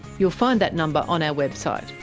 you'll find that number on our website.